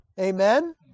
amen